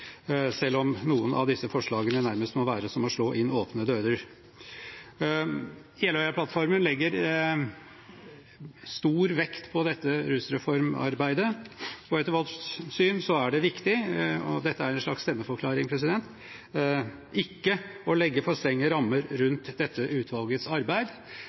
selv om noen av disse forslagene nærmest må være som å slå inn åpne dører. Jeløya-plattformen legger stor vekt på dette rusreformarbeidet. Etter vårt syn er det viktig – og dette er en slags stemmeforklaring – ikke å legge for strenge rammer rundt dette utvalgets arbeid.